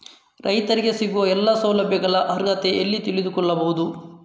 ರೈತರಿಗೆ ಸಿಗುವ ಎಲ್ಲಾ ಸೌಲಭ್ಯಗಳ ಅರ್ಹತೆ ಎಲ್ಲಿ ತಿಳಿದುಕೊಳ್ಳಬಹುದು?